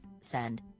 send